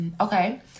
okay